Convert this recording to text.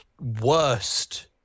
worst